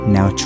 Now